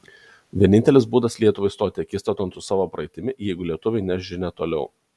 vienintelis būdas lietuvai stoti akistaton su savo praeitimi jeigu lietuviai neš žinią toliau